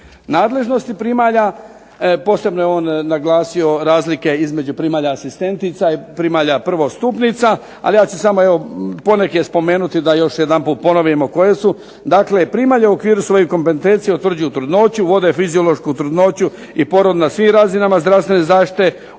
nadležnosti primalja. Posebno je on naglasio razlike između primalja asistentica i primalja prvostupnica. Ali ja ću samo evo poneke spomenuti da još jedanput ponovimo koje su. Dakle, primalje u okviru svojih kompetenciju utvrđuju trudnoću, vode fiziološku trudnoću i porod na svim razinama zdravstvene zaštite,